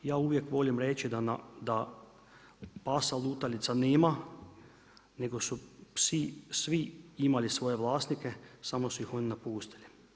Ja uvijek volim reći da pasa lutalica nema nego su psi svi imali svoje vlasnike samo su ih oni napustili.